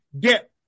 get